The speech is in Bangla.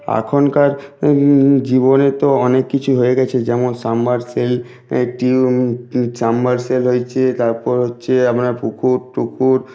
এখনকার জীবনে তো অনেক কিছু হয়ে গেছে যেমন সাবমারসিবল সাবমারসিবল হয়েছে তারপর হচ্ছে আপনার পুকুর টুকুর